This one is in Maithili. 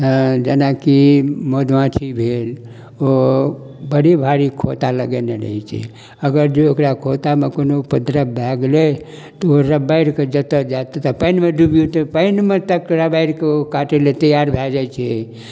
हँ जेनाकि मधुमाछी भेल ओ बड़ी भारी खोँता लगेने रहै छै अगर जँ ओकरा खोँतामे कोनो उपद्रव भए गेलै तऽ ओ रबारि कऽ जतऽ जायत ततऽ पानिमे डुबियौ तऽ पानिमे तक रबारिकऽ ओ काटै लए तैयार भए जाइ छै